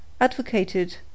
advocated